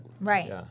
Right